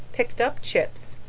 picked up chips,